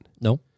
No